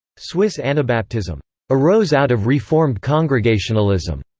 swiss anabaptism arose out of reformed congregationalism,